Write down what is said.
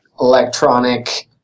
electronic